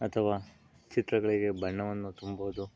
ಅಥವಾ ಚಿತ್ರಗಳಿಗೆ ಬಣ್ಣವನ್ನು ತುಂಬೋದು